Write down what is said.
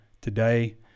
today